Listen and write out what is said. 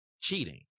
cheating